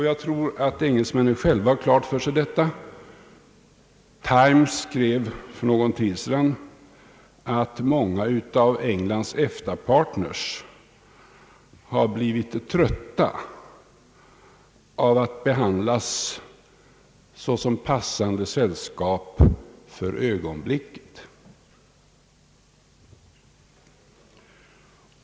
Jag tror att engelsmännen själva har detta klart för sig. Times skrev för någon tid sedan att många av Englands EFTA-partners har blivit trötta av att behandlas som passande sällskap för ögonblicket.